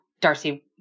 Darcy